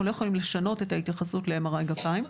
אנחנו לא יכולים לשנות את ההתייחסות ל-MRI גפיים.